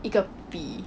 一个笔